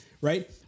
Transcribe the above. right